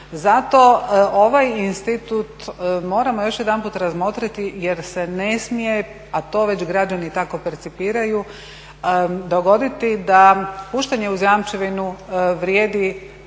Zato ovaj institut moramo još jedanput razmotriti jer se ne smije, a to već građani tako percipiraju, dogoditi da puštanje uz jamčevinu vrijedi